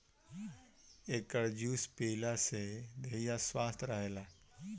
एकर juice पियला से देहि स्वस्थ्य रहेला